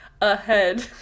ahead